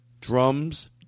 Drums